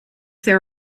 there